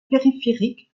périphérique